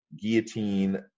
guillotine